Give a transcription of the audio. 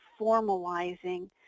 formalizing